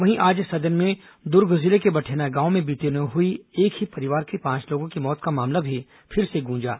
वहीं आज सदन में दुर्ग जिले के बठेना गांव में बीते दिनों हुई एक ही परिवार के पांच लोगों की मौत का मामला भी फिर से गंजा